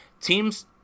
teams